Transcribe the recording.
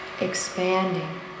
expanding